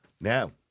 Now